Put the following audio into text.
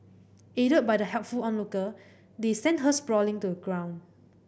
aided by the helpful onlooker they sent her sprawling to a ground